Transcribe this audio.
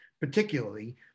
particularly